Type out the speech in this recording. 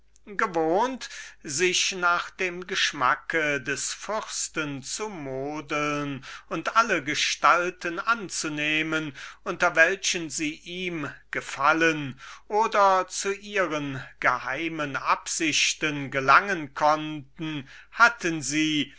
gewohnt sich nach dem geschmacke des prinzen zu modeln und alle gestalten anzunehmen unter welchen sie ihm gefallen oder zu ihren geheimen absichten am besten gelangen konnten hatten sie